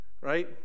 right